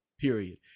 Period